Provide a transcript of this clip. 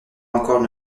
encore